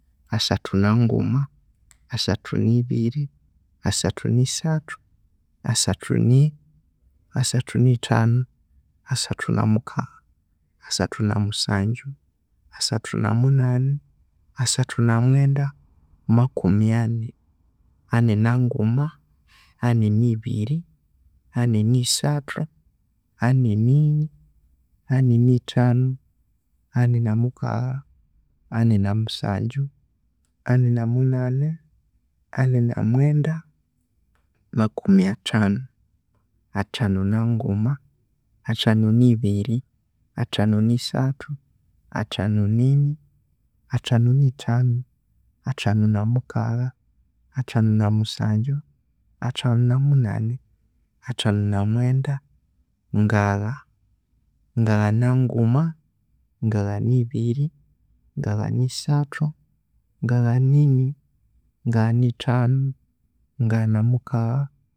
Asathu nanguma, asathu nibiri, asthu nisathu, asathu nini, asathu nithanu, asathu namukagha, asathu namusanju, asathu namunani, asathu namwenda, makumi ani, ani- nanguma, ani- nibiri, ani- nisathu ani- nini, ani- nithanu, ani- namukagha, ani- namusanju, ani- namunani, ani- namwenda, makumi athanu, athanu nanguma, athanu nibiri, athanu nisathu, athanu nisathu, athanu namukagha, athanu musanju, athanu namunani, athanu namwenda, ngagha, ngagha nanguma, ngagha nibiri, ngagha nisathu, ngagha nini, ngagha nithanu, ngagha namukagha